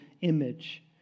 image